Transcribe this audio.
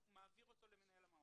הוא מעביר אותו למנהל המעון.